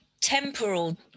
temporal